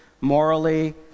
morally